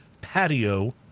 Patio